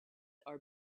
are